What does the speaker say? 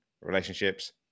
relationships